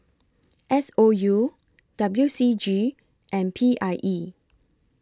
S O U W C G and P I E